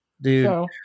Dude